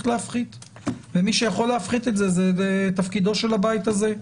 להפחית ומי שיכול להפחית את זה זה תפקידו של הבית הזה.